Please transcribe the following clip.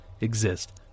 exist